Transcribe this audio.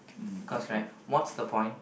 of course right what's the point